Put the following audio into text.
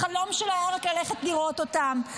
החלום שלה היה רק ללכת לראות אותם,